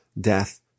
death